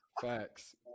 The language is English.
Facts